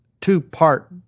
two-part